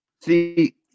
See